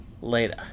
later